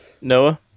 Noah